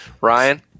Ryan